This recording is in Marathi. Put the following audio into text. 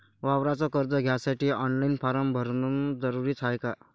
वावराच कर्ज घ्यासाठी ऑनलाईन फारम भरन जरुरीच हाय का?